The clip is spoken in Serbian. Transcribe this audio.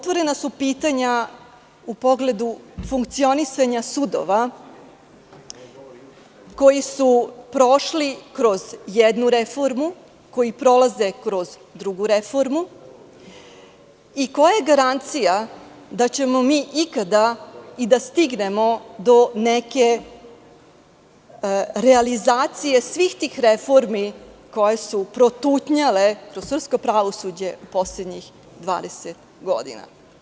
Otvorena su pitanja u pogledu funkcionisanja sudova koji su prošli kroz jednu reformu, koji prolaze kroz drugu reformu i koja je garancija da ćemo mi ikada i da stignemo do neke realizacije svih tih reformi koje su protutnjale kroz srpsko pravosuđe poslednjih 20 godina?